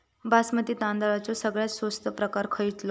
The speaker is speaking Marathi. बासमती तांदळाचो सगळ्यात स्वस्त प्रकार खयलो?